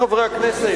עמיתי חברי הכנסת,